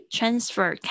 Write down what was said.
Transfer